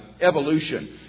evolution